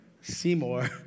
Seymour